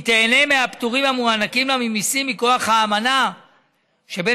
היא תיהנה מהפטורים המוענקים לה ממיסים מכוח האמנה שבין